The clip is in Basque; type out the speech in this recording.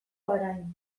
orain